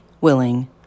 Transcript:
willing